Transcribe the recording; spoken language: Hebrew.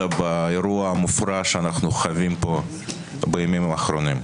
באירוע המופרע שאנחנו חווים פה בימים האחרונים.